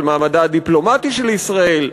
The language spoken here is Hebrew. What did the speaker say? על מעמדה הדיפלומטי של ישראל,